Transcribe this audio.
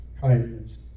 kindness